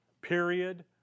period